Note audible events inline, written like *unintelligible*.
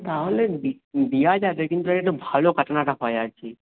তাহলে দেওয়া যাবে কিন্তু *unintelligible* একটু ভালো কাটানোটা হয় আর কি